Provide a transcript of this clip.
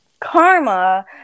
karma